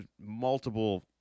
multiple